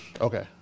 Okay